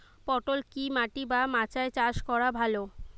পটল কি মাটি বা মাচায় চাষ করা ভালো?